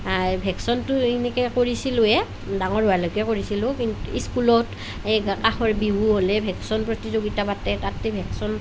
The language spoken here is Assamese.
ভেকশ্যনটো এনেকৈ কৰিছিলোঁৱে ডাঙৰ হোৱালৈকে কৰিছিলোঁ কিন্তু স্কুলত এই কাষৰ বিহু হ'লে ভেকশ্যন প্ৰতিযোগিতা পাতে তাতে ভেকশ্যন